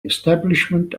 establishment